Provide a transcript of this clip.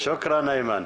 תודה, איימן.